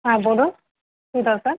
হ্যাঁ বলুন কী দরকার